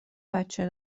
بچه